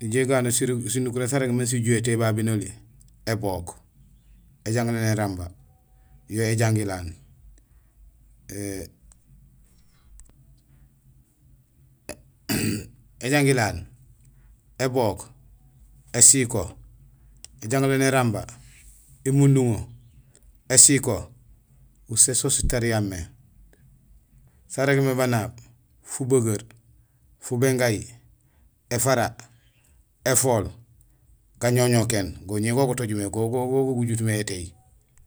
Injé éganul sinukuréén sa régmé sijuhé étééy babé noli: ébook, éjangilaan éramba, yo éjangilaa, éjangilaa, ébook, ésiko, éjangilaan éramba, émunduŋo, ésiko usé so sitariya mé. Sa régmé banaab: fubegeer, fubingayu, éfara, éfool, gañoñokéén go ñé go gutooj mé; go go gujuut mé étééy.